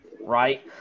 right